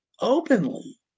openly